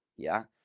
yeah?